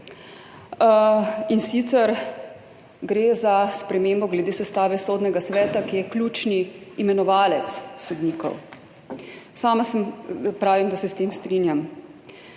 in sicer gre za spremembo glede sestave Sodnega sveta, ki je ključni imenovalec sodnikov. Sama pravim, da se s tem strinjam,